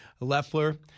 Leffler